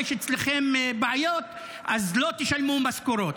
יש אצלכם בעיות אז לא תשלמו משכורות.